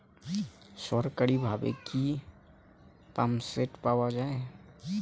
সরকারিভাবে কি পাম্পসেট পাওয়া যায়?